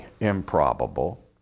improbable